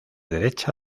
derecha